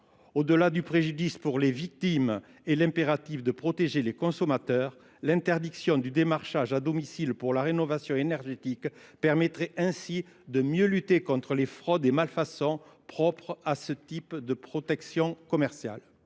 Au-delà du préjudice pour les victimes et l'impératif de protéger les consommateurs, l'interdiction du démarchage à domicile pour la rénovation énergétique permettrait ainsi de mieux lutter contre les fraudes et malfaçons propres à ce type de protection commerciale.